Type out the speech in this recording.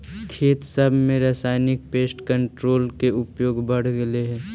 खेत सब में रासायनिक पेस्ट कंट्रोल के उपयोग बढ़ गेलई हे